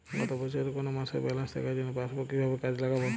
গত বছরের কোনো মাসের ব্যালেন্স দেখার জন্য পাসবুক কীভাবে কাজে লাগাব?